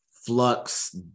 flux